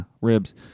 ribs